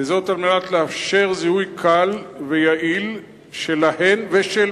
כדי לאפשר זיהוי קל ויעיל שלהן ושל בעליהן.